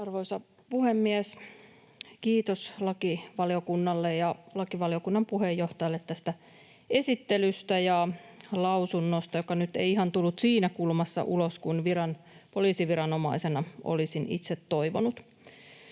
Arvoisa puhemies! Kiitos lakivaliokunnalle ja lakivaliokunnan puheenjohtajalle tästä esittelystä ja lausunnosta, joka ei nyt ihan siinä kulmassa tullut ulos kuin poliisiviranomaisena olisin itse toivonut.